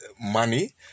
money